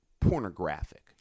pornographic